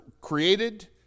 created